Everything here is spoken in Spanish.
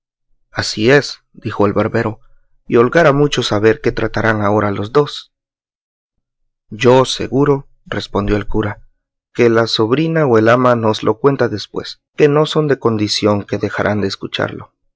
así es dijo el barbero y holgara mucho saber qué tratarán ahora los dos yo seguro respondió el cura que la sobrina o el ama nos lo cuenta después que no son de condición que dejarán de escucharlo